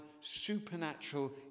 supernatural